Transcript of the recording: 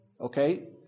okay